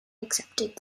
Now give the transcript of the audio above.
accepted